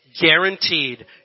Guaranteed